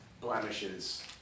blemishes